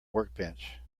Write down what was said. workbench